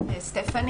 סטפני,